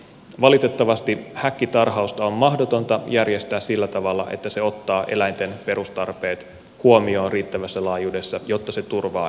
valitettavasti häkkitarhausta on mahdotonta järjestää sillä tavalla että se ottaa eläinten perustarpeet huomioon riittävässä laajuudessa jotta se turvaa eläinten hyvinvoinnin